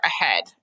ahead